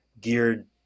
geared